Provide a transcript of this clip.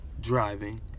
driving